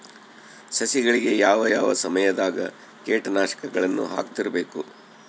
ಸಸಿಗಳಿಗೆ ಯಾವ ಯಾವ ಸಮಯದಾಗ ಕೇಟನಾಶಕಗಳನ್ನು ಹಾಕ್ತಿರಬೇಕು?